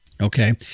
Okay